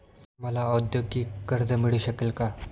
मला औद्योगिक कर्ज मिळू शकेल का?